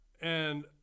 And-